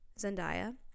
Zendaya